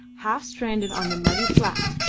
half-stranded on the muddy flat,